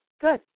good